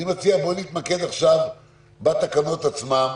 אני מציע, בואו נתמקד עכשיו בתקנות עצמן,